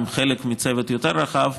הם חלק מצוות יותר רחב,